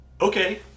Okay